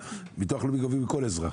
ביטוח לאומי גובים מכל אזרח,